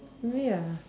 really ah